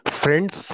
friends